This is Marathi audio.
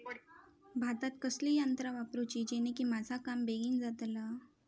भातात कसली यांत्रा वापरुची जेनेकी माझा काम बेगीन जातला?